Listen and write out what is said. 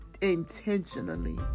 intentionally